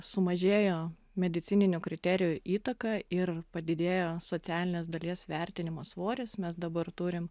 sumažėjo medicininių kriterijų įtaka ir padidėjo socialinės dalies vertinimo svoris mes dabar turim